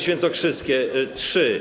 świętokrzyskie - 3.